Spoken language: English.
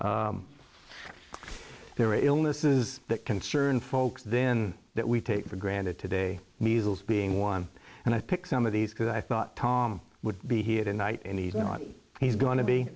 their illnesses that concerned folks then that we take for granted today measles being one and i pick some of these because i thought tom would be here tonight and even not he's going to be